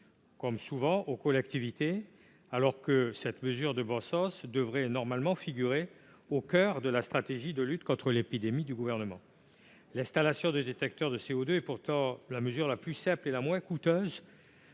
installations aux collectivités, alors que cette mesure de bon sens devrait figurer au coeur de la stratégie de lutte contre l'épidémie du Gouvernement. L'installation de détecteurs de CO2 est pourtant la mesure la plus simple et la moins coûteuse